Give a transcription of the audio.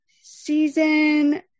season